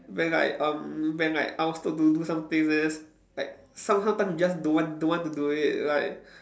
when like um when like I was told to do some things like some~ sometimes you just don't want don't want to do it like